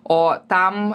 o tam